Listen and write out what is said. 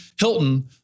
Hilton